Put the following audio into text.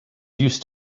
used